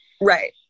Right